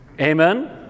Amen